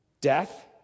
Death